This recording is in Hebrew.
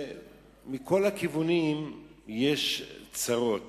מכל הכיוונים יש צרות.